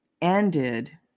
ended